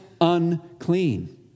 unclean